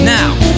now